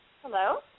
Hello